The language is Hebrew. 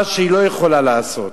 את מה שהיא לא יכולה לעשות.